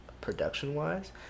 production-wise